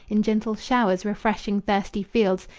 in gentle showers refreshing thirsty fields,